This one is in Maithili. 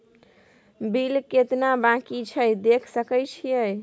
बिल केतना बाँकी छै देख सके छियै?